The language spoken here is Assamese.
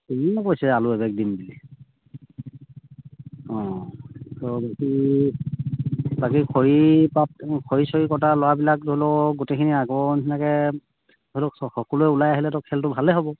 সিও কৈছে আলু এবেগ দিম বুলি অঁ ত' বাকী বাকী খৰি পাত খৰি চৰি কটা ল'ৰাবিলাক ধৰি লওক গোটেইখিনি আগৰ নিচিনাকৈ ধৰি লওক সকলোৱে ওলাই আহিলেতো খেলটো ভালেই হ'ব